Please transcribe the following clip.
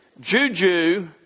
Juju